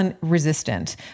resistant